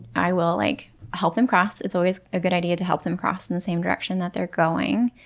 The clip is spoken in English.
i will like help them cross. it's always a good idea to help them cross in the same direction that they're going,